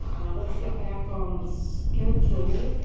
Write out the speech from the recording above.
let's get back on schedule.